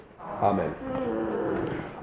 Amen